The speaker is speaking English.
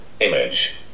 image